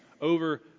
over